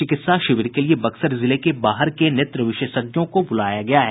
चिकित्सा शिविर के लिये बक्सर जिले के बाहर के नेत्र विशेषज्ञों को भी बुलाया गया है